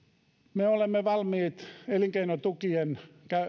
me olemme valmiit elinkeinotukien